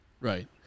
Right